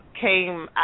came